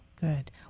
good